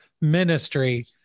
ministry